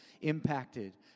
impacted